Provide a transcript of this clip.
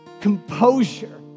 composure